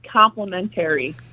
complementary